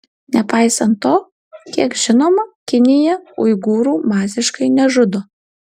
nepaisant to kiek žinoma kinija uigūrų masiškai nežudo